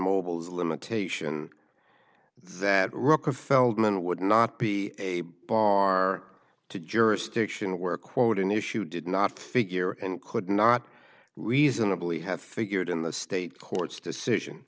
mobil's limitation that rucka feldman would not be a bar to jurisdiction where quote an issue did not figure and could not reasonably have figured in the state court's decision